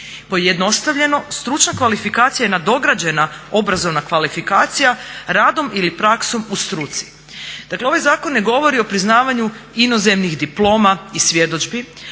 Pojednostavljeno, stručna kvalifikacija je nadograđena obrazovna kvalifikacija radom ili praksom u struci. Dakle ovaj zakon ne govori o priznavanju inozemnih diploma i svjedodžbi,